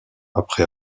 après